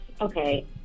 Okay